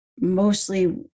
mostly